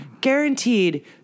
guaranteed